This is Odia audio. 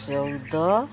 ଚଉଦ